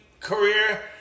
career